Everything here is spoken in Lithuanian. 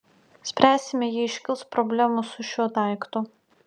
spręsime jei iškils problemų su šiuo daiktu